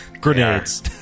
Grenades